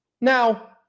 Now